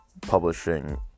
publishing